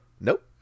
Nope